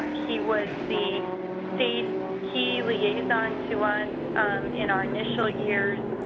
he was the state key liaison to us in our initial years,